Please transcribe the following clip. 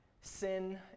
sin